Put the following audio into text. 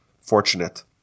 fortunate